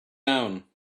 own